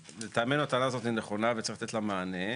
לטעמנו הטענה הזאת היא נכונה וצריך לתת לה מענה.